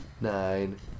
Nine